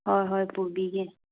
ꯍꯣꯏ ꯍꯣꯏ ꯄꯨꯕꯤꯒꯦ